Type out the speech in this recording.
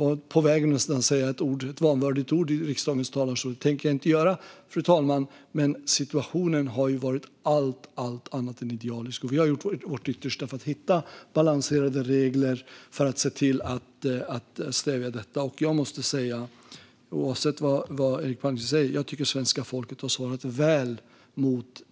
Jag var på väg att säga ett vanvördigt ord i riksdagens talarstol - men det tänker jag inte göra, fru talman - men situationen har varit allt annat än idealisk, och vi har gjort vårt yttersta för att ta fram balanserade regler för att stävja smittan. Oavsett vad Eric Palmqvist säger tycker jag att svenska folket har svarat väl mot